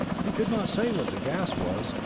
he could not say what the gas was,